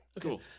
Cool